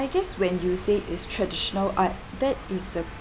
I guess when you say it's traditional art that is a